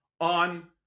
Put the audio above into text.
on